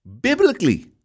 Biblically